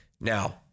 Now